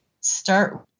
Start